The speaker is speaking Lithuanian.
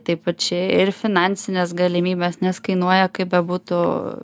taip pačiai ir finansines galimybes nes kainuoja kaip bebūtų